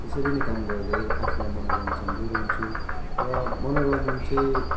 त्यसरी नै काम गर्दै आफूलाई मनोरञ्जन दिइरहन्छु र मनोरञ्जन चाहिँ